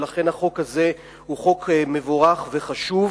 ולכן החוק הזה הוא חוק מבורך וחשוב.